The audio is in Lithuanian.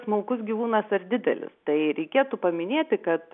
smulkus gyvūnas ar didelis tai reikėtų paminėti kad